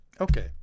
Okay